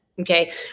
Okay